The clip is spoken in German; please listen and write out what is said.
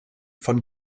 von